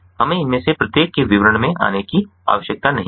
हमें इनमें से प्रत्येक के विवरण में आने की आवश्यकता नहीं है